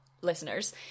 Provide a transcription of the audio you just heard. Listeners